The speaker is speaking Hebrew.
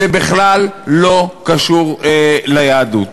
זה בכלל לא קשור ליהדות.